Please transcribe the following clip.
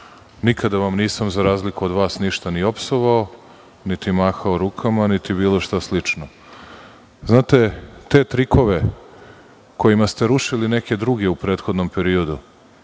način. Nikada vam nisam, za razliku od vas, ništa ni opsovao, niti mahao rukama, niti bilo šta slično. Znate, ti trikovi kojima ste rušili neke druge u prethodnom periodu,